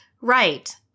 Right